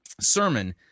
sermon